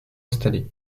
installés